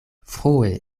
frue